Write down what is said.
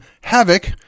havoc